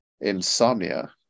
Insomnia